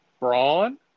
brawn